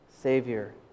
Savior